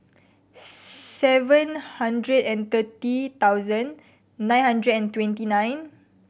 seven hundred and thirty thousand nine hundred and twenty nine